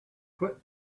quit